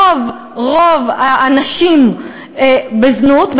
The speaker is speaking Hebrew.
רוב האנשים בזנות,